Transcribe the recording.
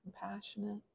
compassionate